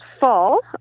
fall